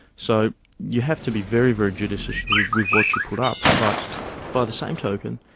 so you have to be very, very judicious with what you put up, but by the same token,